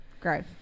Great